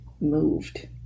moved